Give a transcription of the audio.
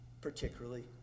particularly